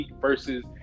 versus